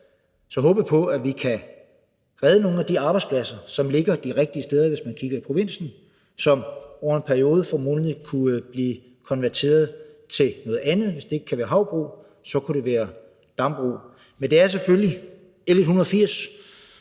så håbe på, at vi kan redde nogle af de arbejdspladser, som ligger de rigtige steder, hvis man kigger i provinsen, og som over en periode formodentlig kunne blive konverteret til noget andet. Hvis det ikke kan være havbrug, så kunne det være dambrug. Men det er selvfølgelig L 180,